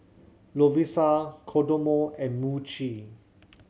Lovisa Kodomo and Muji